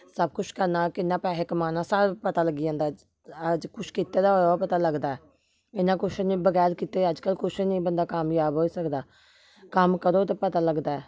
सब कुश करना कि'यां पैसे कमाना सब पता लग्गी जंदा अज्ज कुछ कीते दा होऐ ओह् पता लगदा ऐ इ'यां कुछ इ'यां बगैरा कीते दे अजकल्ल कुछ निं बंदा कामजाब होई सकदा कम्म करो ते पता लगदा ऐ